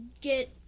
get